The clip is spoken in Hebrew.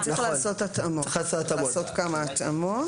נכון, צריך לעשות כמה התאמות.